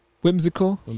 whimsical